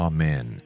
Amen